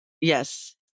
Yes